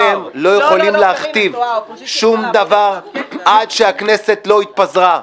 -- אתם לא יכולים להכתיב שום דבר עד שהכנסת לא התפזרה.